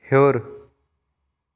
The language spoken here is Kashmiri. ہیوٚر